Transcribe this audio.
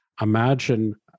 imagine